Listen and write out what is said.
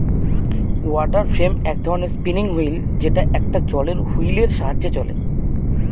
water frame এক ধরনের spinning wheel যেটা একটা জলের হুইলের সাহায্যে চলে